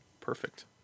Perfect